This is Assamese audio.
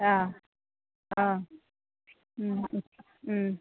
অঁ অঁ